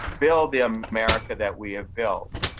build the america that we have built.